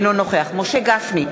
אינו נוכח משה גפני,